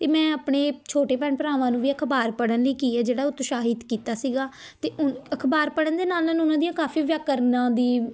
ਇਹ ਮੈਂ ਆਪਣੇ ਛੋਟੇ ਭੈਣ ਭਰਾਵਾਂ ਨੂੰ ਵੀ ਅਖ਼ਬਾਰ ਪੜ੍ਹਨ ਲਈ ਕੀ ਹੈ ਜਿਹੜਾ ਉਤਸ਼ਾਹਿਤ ਕੀਤਾ ਸੀਗਾ ਅਤੇ ਅਖ਼ਬਾਰ ਪੜ੍ਹਨ ਦੇ ਨਾਲ ਨਾਲ ਉਹਨਾਂ ਦੀਆਂ ਕਾਫੀ ਵਿਆਕਰਨਾਂ ਦੀ